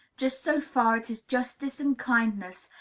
just so far it is justice and kindness,